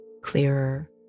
clearer